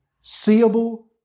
seeable